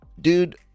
dude